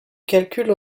calcule